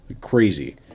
Crazy